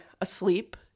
asleep